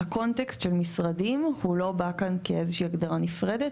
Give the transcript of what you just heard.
שהקונטקסט של משרדים הוא לא בא כאן כאיזה שהיא הגדרה נפרדת.